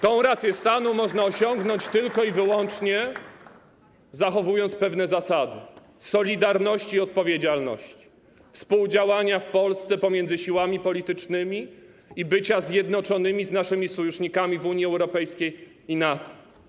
Tę rację stanu można osiągnąć, tylko zachowując pewne zasady solidarności, odpowiedzialności, współdziałania w Polsce pomiędzy siłami politycznymi i bycia zjednoczonymi z naszymi sojusznikami w Unii Europejskiej i NATO.